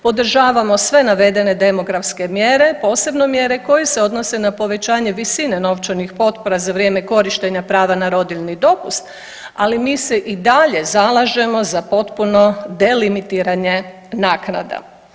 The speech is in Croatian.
Podržavamo sve navedene demografske mjere, posebno mjere koje se odnose na povećanje visine novčanih potpora za vrijeme korištenja prava za rodiljni dopust, ali mi se i dalje zalažemo za potpuno delimitiranje naknada.